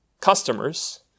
customers